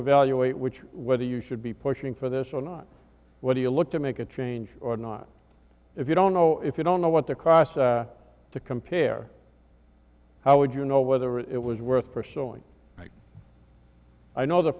evaluate which whether you should be pushing for this or not what do you look to make a change or not if you don't know if you don't know what the cost to compare how would you know whether it was worth pursuing i know the